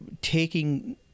taking